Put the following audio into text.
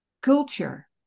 culture